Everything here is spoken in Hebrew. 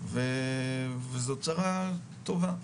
וזו צרה טובה.